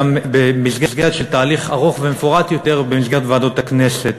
במסגרת של תהליך ארוך ומפורט יותר במסגרת ועדות הכנסת.